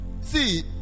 see